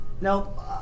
Nope